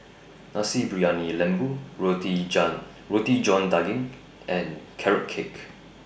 Nasi Briyani Lembu Roti Roti John Daging and Carrot Cake